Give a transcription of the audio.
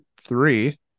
three